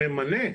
הממנה,